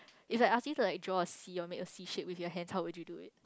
it's like to like draw a C or make a C shape with your hands how would you do it